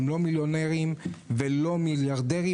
הם לא מיליונרים ולא מיליארדרים.